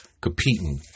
Competing